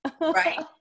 Right